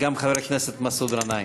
וגם חבר הכנסת מסעוד גנאים.